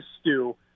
stew